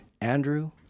Andrew